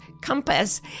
compass